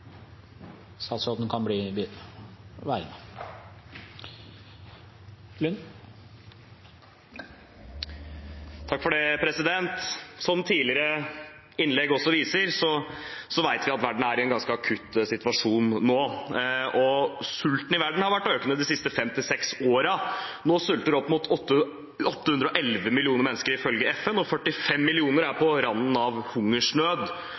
at verden er i en ganske akutt situasjon nå. Sulten i verden har vært økende de siste 5–6 årene. Nå sulter opp mot 811 millioner mennesker ifølge FN, og 45 millioner er på randen av hungersnød.